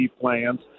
plans